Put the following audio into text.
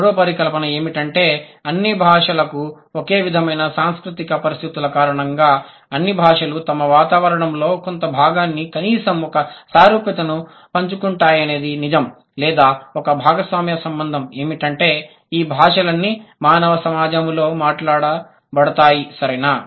మూడవ పరికల్పన ఏమిటంటే అన్ని భాషలకు ఒకే విధమైన సాంస్కృతిక పరిస్థితుల కారణంగా అన్ని భాషలు తమ వాతావరణంలో కొంత భాగాన్ని కనీసం ఒక సారూప్యతను పంచుకుంటాయనేది నిజం లేదా ఒక భాగస్వామ్య సంబంధం ఏమిటంటే ఈ భాషలన్నీ మానవ సమాజంలో మాట్లాడబడతాయి సరేనా